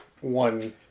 one